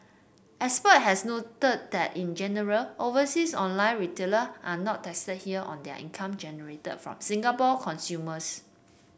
expert have noted that in general overseas online retailer are not taxed here on their income generated from Singapore consumers